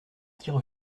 tire